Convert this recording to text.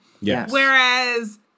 Whereas